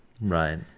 right